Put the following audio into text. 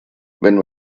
wenn